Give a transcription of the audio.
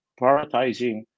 prioritizing